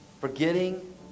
Forgetting